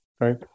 right